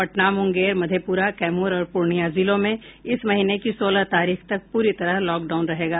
पटना मुंगेर मधेपुरा कैमूर और पूर्णिया जिलों में इस महीने की सोलह तारीख तक पूरी तरह लॉकडाउन रहेगा